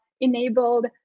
enabled